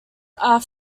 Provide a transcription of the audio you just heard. are